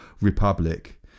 republic